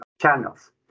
channels